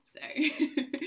Sorry